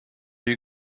you